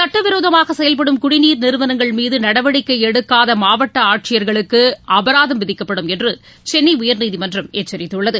சட்டவிரோதமாக செயல்படும் குடிநீர் நிறுவனங்கள் மீது நடவடிக்கை எடுக்காத மாவட்ட ஆட்சியர்களுக்கு அபராதம் விதிக்கப்படும் என்று சென்னை உயர்நீதிமன்றம் எச்சரித்துள்ளது